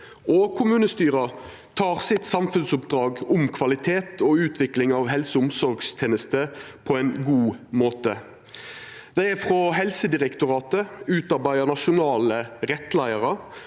og kommunestyra tek samfunnsoppdraget sitt om kvalitet og utvikling av helse- og omsorgstenester på ein god måte. Det er frå Helsedirektoratet utarbeidd nasjonale rettleiarar